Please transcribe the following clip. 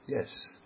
Yes